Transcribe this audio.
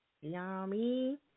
Yummy